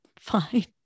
fine